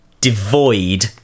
devoid